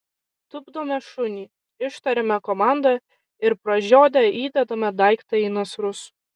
tupdome šunį ištariame komandą ir pražiodę įdedame daiktą į nasrus